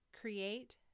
create